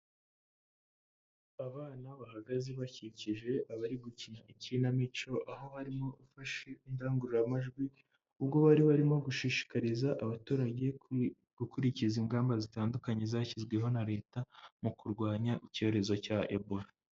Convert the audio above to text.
Abana bahagaze bakikije abari gukina ikinamico, aho barimo ufashe indangururamajwi, ubwo bari barimo gushishikariza abaturage gukurikiza ingamba zitandukanye zashyizweho na Leta, mu kurwanya icyorezo cya ebora.